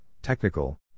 technical